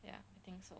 ya I think so